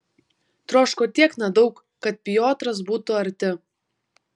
troško tiek nedaug kad piotras būtų arti